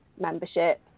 membership